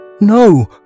No